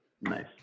Nice